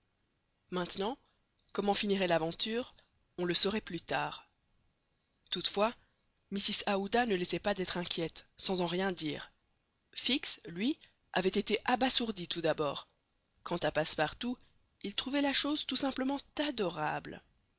maintenant comment finirait l'aventure on le saurait plus tard toutefois mrs aouda ne laissait pas d'être inquiète sans en rien dire fix lui avait été abasourdi tout d'abord quant à passepartout il trouvait la chose tout simplement adorable